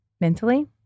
mentally